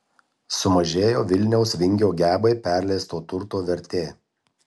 sumažėjo vilniaus vingio gebai perleisto turto vertė